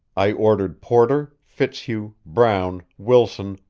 i ordered porter, fitzhugh, brown, wilson,